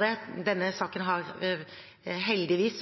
det. Denne saken har heldigvis